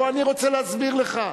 בוא, אני רוצה להסביר לך.